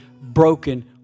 broken